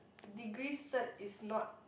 degree cert is not